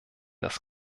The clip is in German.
das